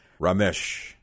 Ramesh